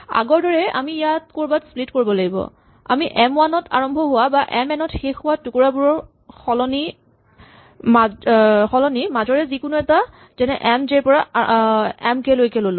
আগৰ দৰে আমি ইয়াক ক'ৰবাত স্প্লিট কৰিব লাগিব আমি এম ৱান ত আৰম্ভ হোৱা বা এম এন ত শেষ হোৱা টুকুৰাবোৰৰ সলনি মাজৰে যিকোনো এটা যেনে এম জে ৰ পৰা এম কে লৈ ল'লো